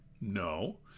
No